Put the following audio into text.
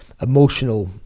emotional